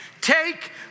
Take